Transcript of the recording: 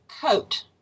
coat